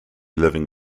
living